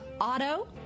auto